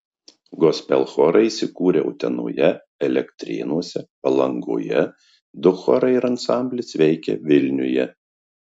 gospel chorai įsikūrę utenoje elektrėnuose palangoje du chorai ir ansamblis veikia vilniuje